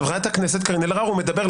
חברת הכנסת קארין אלהרר, הוא מדבר.